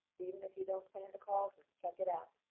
even if you don't plan to call, just check it out.